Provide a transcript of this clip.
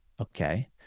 Okay